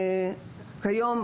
כיום,